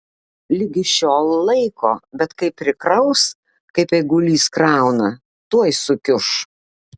ligi šiol laiko bet kai prikraus kaip eigulys krauna tuoj sukiuš